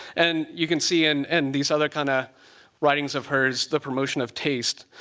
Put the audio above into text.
and you can see in and these other kind of writings of hers, the promotion of taste.